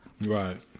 Right